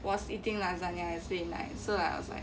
was eating lasagne so I was like